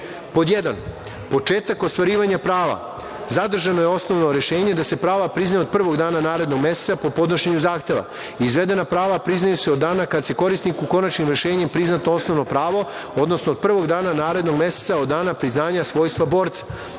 1) početak ostvarivanja prava; zadržano je osnovno rešenje da se prava priznaju od prvog dana narednog meseca po podnošenju zahteva, izvedena prava priznaju se od dana kad se korisniku konačnim rešenjem prizna to osnovno pravo, odnosno od prvog dana narednog meseca od dana priznavanja svojstva borca,